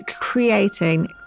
creating